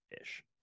ish